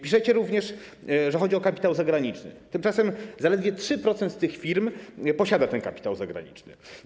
Piszecie również, że chodzi o kapitał zagraniczny, tymczasem zaledwie 3% z tych firm posiada ten kapitał zagraniczny.